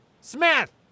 Smith